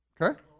Okay